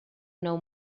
nau